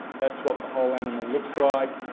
that's what the whole animal looks like.